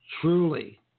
Truly